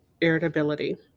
irritability